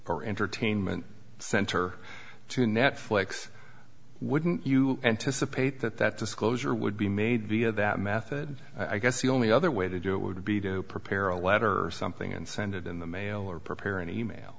television or entertainment center to netflix wouldn't you anticipate that that disclosure would be made via that method i guess the only other way to do it would be to prepare a letter or something and send it in the mail or prepare an e mail